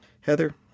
Heather